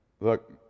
Look